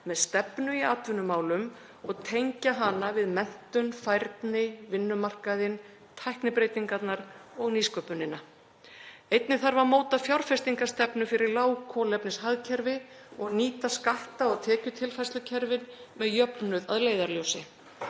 með stefnu í atvinnumálum og tengja hana við menntun, færni, vinnumarkaðinn, tæknibreytingar og nýsköpun. Einnig þarf að móta fjárfestingarstefnu fyrir lágkolefnishagkerfi og nýta skatta- og tekjutilfærslukerfin með jöfnuð að leiðarljósi.